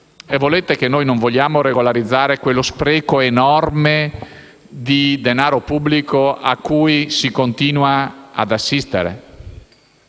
voi, noi non vogliamo regolarizzare quello spreco enorme di denaro pubblico cui si continua ad assistere?